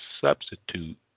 substitute